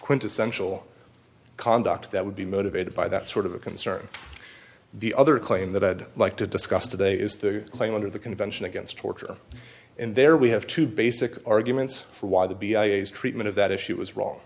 quintessential conduct that would be motivated by that sort of a concern the other claim that i'd like to discuss today is the claim under the convention against torture and there we have two basic arguments for why the b i l s treatment of that issue was wrong